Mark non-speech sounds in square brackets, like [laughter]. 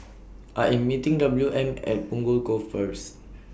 [noise] I Am meeting W M At Punggol Cove First